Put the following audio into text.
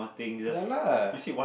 ya lah